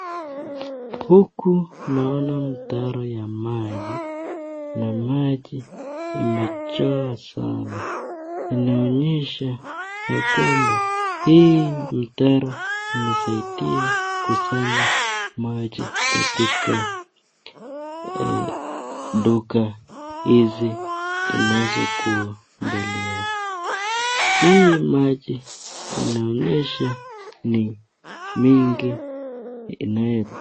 Huku naona mtaro ya maji na maji imejaa sana. Inaonyesha ya kwamba hii mtaro imesaidia kusanya maji katika duka hizi inazo kuwa mbele yao, hii maji inaonyesha ni mingi.